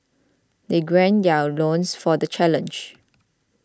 they gird their loins for the challenge